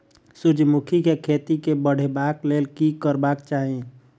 सूर्यमुखी केँ खेती केँ बढ़ेबाक लेल की करबाक चाहि?